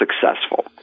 successful